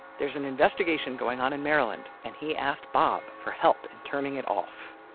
there's an investigation going on in maryland, and he asked bob for help in turning it off